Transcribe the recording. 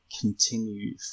continue